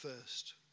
first